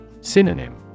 Synonym